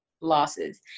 losses